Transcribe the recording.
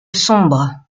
sombre